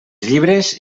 llibres